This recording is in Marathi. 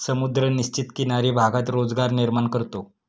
समुद्र निश्चित किनारी भागात रोजगार निर्माण करतो